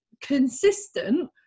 consistent